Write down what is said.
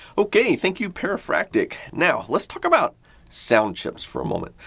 ok, thank you, perifractic! now, let's talk about sound chips for a moment.